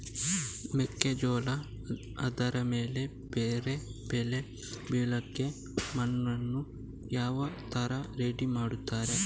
ಮೆಕ್ಕೆಜೋಳ ಆದಮೇಲೆ ಬೇರೆ ಬೆಳೆ ಬೆಳಿಲಿಕ್ಕೆ ಮಣ್ಣನ್ನು ಯಾವ ತರ ರೆಡಿ ಮಾಡ್ತಾರೆ?